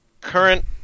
current